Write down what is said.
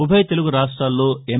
ఉభయ తెలుగు రాష్ట్రాల్లో ఎం